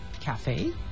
Cafe